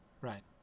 Right